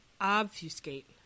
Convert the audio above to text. Obfuscate